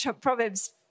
Proverbs